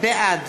בעד